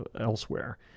elsewhere